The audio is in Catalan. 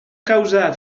causar